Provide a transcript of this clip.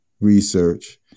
research